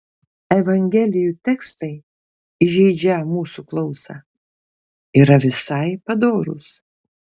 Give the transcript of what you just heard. evangelijų tekstai įžeidžią mūsų klausą yra visai padorūs